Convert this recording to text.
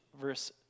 verse